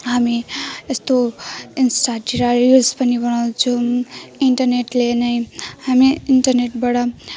हामी यस्तो इन्स्टातिर रिल्स पनि बनाउँछौँ इन्टरनेटले नै हामी इन्टरनेटबाट